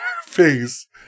face